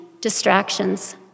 distractions